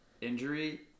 injury